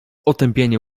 otępienie